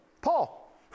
Paul